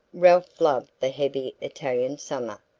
ralph loved the heavy italian summer,